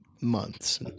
months